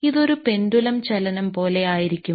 ഇതൊരു പെൻഡുലം ചലനം പോലെ ആയിരിക്കും